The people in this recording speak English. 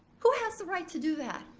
who has the right to do that?